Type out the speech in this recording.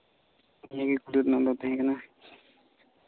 ᱱᱤᱭᱟᱹᱜᱮ ᱠᱩᱞᱤ ᱨᱮᱱᱟᱜ ᱫᱚ ᱛᱟᱦᱮᱸ ᱠᱟᱱᱟ